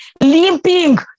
limping